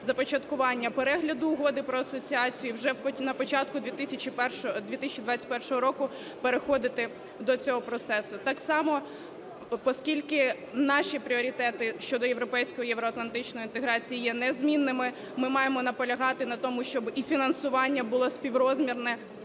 започаткування перегляду Угоди про асоціацію, вже на початку 2021 року переходити до цього процесу. Так само, оскільки наші пріоритети щодо європейської і євроатлантичної інтеграції є незмінними, ми маємо наполягати на тому, щоб і фінансування було співрозмірне